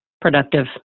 productive